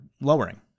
lowering